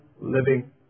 living